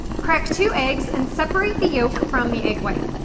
crack two eggs and separate the yolk from the egg white.